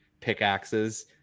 pickaxes